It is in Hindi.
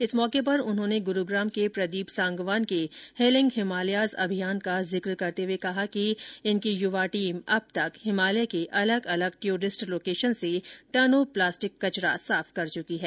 इस मौके पर उन्होंने गुरूग्राम के प्रदीप सांगवान के हीलिंग हिमालयाज अभियान का जिक्र करते कहा कि इनकी युवा टीम अब तक हिमालय के अलग अलग ट्यूरिस्ट लोकेशन से टनों प्लास्टिक कचरा साफ कर चुकी है